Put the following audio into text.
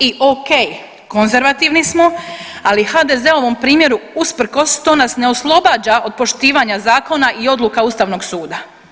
I ok konzervativni smo, ali HDZ primjeru usprkos to nas ne oslobađa od poštivanja zakona i odluka Ustavnog suda.